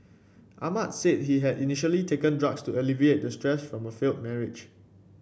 Ahmad said he had initially taken drugs to alleviate the stress from a failed marriage